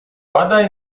подавай